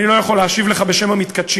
אני לא יכול להשיב לך בשם המתכתשים.